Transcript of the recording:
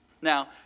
Now